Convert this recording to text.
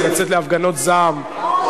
לצאת להפגנות זעם,